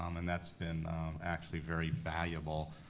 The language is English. um and that's been actually very valuable,